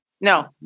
No